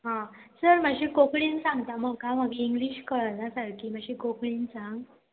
हां सर मात्शी कोंकणीन सांगता म्हाका म्हाका इंग्लीश कळना सारकी मात्शी कोंकणीन सांग